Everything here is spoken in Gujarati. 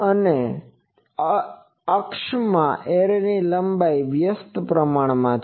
અને તે અક્ષમાં એરે લંબાઈના વ્યસ્ત પ્રમાણમાં છે